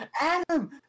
Adam